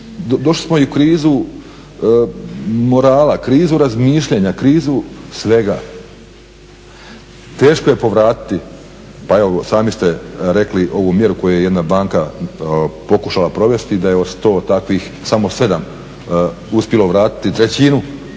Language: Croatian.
došli smo i u krizu morala, krizu razmišljanja, krizu svega. Teško je povratiti, pa evo sami ste rekli ovu mjeru koju je jedna banka pokušala provesti da je od 100 takvih samo 7 uspjelo vratiti trećinu